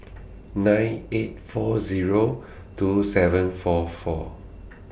nine eight four Zero two seven four four